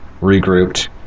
regrouped